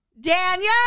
Daniel